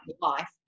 life